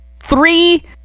three